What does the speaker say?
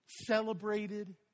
Celebrated